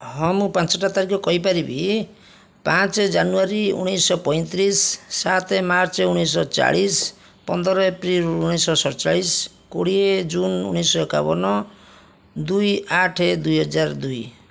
ହଁ ମୁଁ ପାଞ୍ଚଟା ତାରିଖ କହିପାରିବି ପାଞ୍ଚେ ଜାନୁୟାରୀ ଉଣେଇଶିଶହ ପଇଁତିରିଶ ସାତେ ମାର୍ଚ୍ଚ ଉଣେଇଶିଶହ ଚାଳିଶ ପନ୍ଦର ଏପ୍ରିଲ ଉଣେଇଶିଶହ ସତଚାଳିଶ କୋଡ଼ିଏ ଜୁନ୍ ଉଣେଇଶିଶହ ଏକାବନ ଦୁଇଆଠ ଦୁଇହଜାର ଦୁଇ